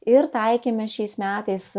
ir taikėme šiais metais